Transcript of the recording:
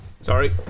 Sorry